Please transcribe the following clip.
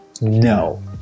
no